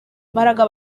mbaraga